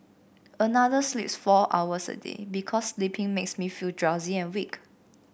another sleeps four hours a day because sleeping makes me feel drowsy and weak